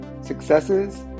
successes